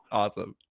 awesome